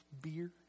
beer